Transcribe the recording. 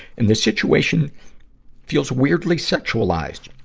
and the situation feels weirdly sexualized.